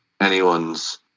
anyone's